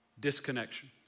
Disconnection